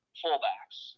fullbacks